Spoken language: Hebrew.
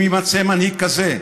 אם יימצא מנהיג כזה,